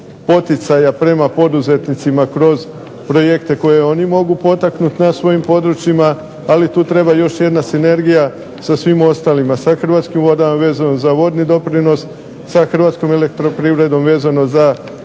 poticaja prema poduzetnicima kroz projekte koje oni mogu potaknuti na svojim područjima. Ali tu treba još jedna sinergija sa svima ostalima, sa Hrvatskim vodama vezano za vodni doprinos, sa Hrvatskom elektroprivredom vezano za